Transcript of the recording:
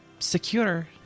Secure